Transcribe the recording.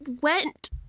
went